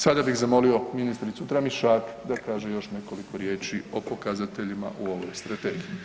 Sada bih zamolio ministricu Tramišak da kaže još nekoliko riječi o pokazateljima u ovoj strategiji.